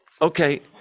Okay